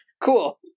cool